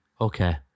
okay